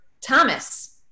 Thomas